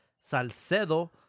Salcedo